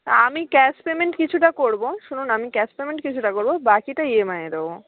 আমি cash payment কিছুটা করবো শুনুন আমি ক্যাশ পেমেন্ট কিছুটা করবো বাকিটা ইএমআইয়ে দেব